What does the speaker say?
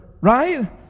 right